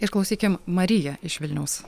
išklausykim mariją iš vilniaus